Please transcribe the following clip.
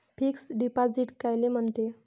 Fix deposit कायले म्हनते?